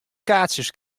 kaartsjes